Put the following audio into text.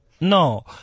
No